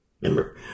Remember